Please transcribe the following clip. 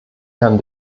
herrn